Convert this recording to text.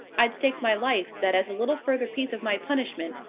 i'd stake my life that as a little further piece of my punishment,